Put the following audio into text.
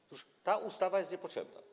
Otóż ta ustawa jest niepotrzebna.